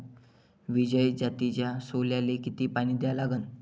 विजय जातीच्या सोल्याले किती पानी द्या लागन?